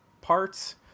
parts